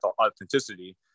authenticity